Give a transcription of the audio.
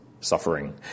suffering